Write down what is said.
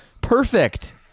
Perfect